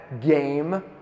game